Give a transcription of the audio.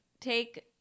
take